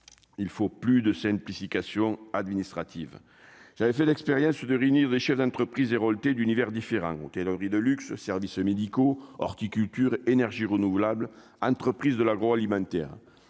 il faut plus de simplification administrative, j'avais fait l'expérience de réunir les chefs d'entreprise héraultais d'univers différents hôtellerie de luxe, services médicaux horticulture, énergies renouvelables, entreprises de l'agroalimentaire,